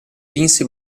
vinse